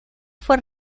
fue